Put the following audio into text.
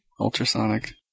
ultrasonic